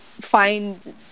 find